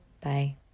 Bye